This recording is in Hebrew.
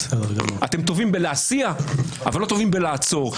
אתם טובים בלהסיע אבל לא בלעצור.